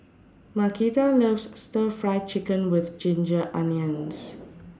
Markita loves Stir Fry Chicken with Ginger Onions